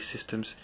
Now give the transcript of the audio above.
systems